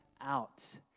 out